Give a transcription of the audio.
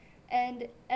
and